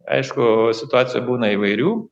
aišku situacijų būna įvairių